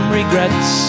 regrets